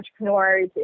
entrepreneurs